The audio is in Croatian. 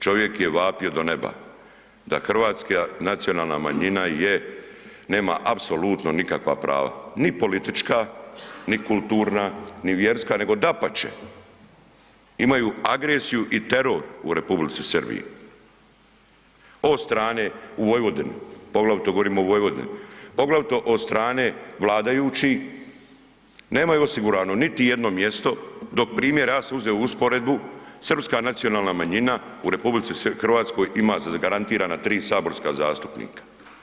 Čovjek je vapio do neba da hrvatska nacionalna manjina nema apsolutno nikakva prava, ni politička, ni kulturna ni vjerska, nego dapače, imaju agresiju i teror u Republici Srbiji od strane u Vojvodini, poglavito govorimo o Vojvodini, poglavito od strane vladajućih, nemaju osigurano niti jedno mjesto dok primjera, ja sam uzeo usporedbu, srpska nacionalna manjina u RH ima zagarantirana tri saborska zastupnika.